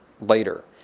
later